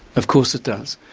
of course it does.